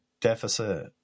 deficit